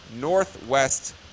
northwest